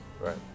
right